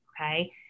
Okay